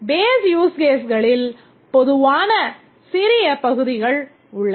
Base use caseகளில் பொதுவான சிறிய பகுதிகள் உள்ளன